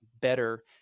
better